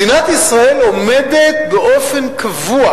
מדינת ישראל עומדת באופן קבוע,